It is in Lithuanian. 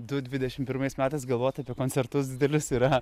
du dvidešim pirmais metais galvot apie koncertus didelius yra